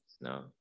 no